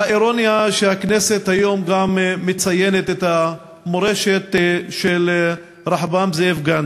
שהכנסת היום גם מציינת את המורשת של רחבעם זאבי גנדי,